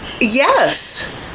yes